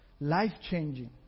Life-changing